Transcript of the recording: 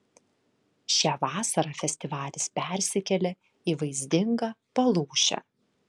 šią vasarą festivalis persikėlė į vaizdingą palūšę